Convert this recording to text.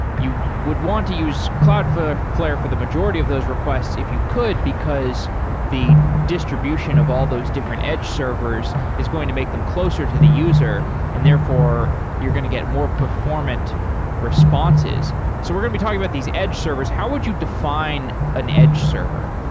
you would want to use cloudflare for for the majority of those requests if you could, because the distribution of all those different edge servers is going to make them closer to the user, and therefore you're going to get more performant responses sort. so we're going to be talking about these edge servers. how would you define an edge server?